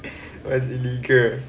was illegal